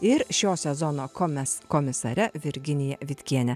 ir šio sezono komes komisare virginija vitkiene